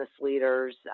leaders